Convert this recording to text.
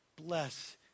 Bless